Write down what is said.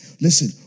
Listen